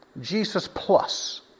Jesus-plus